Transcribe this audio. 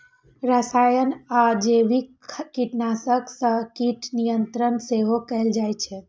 रसायन आ जैविक कीटनाशक सं कीट नियंत्रण सेहो कैल जाइ छै